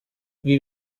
wie